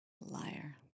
liar